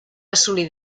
assolir